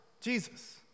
Jesus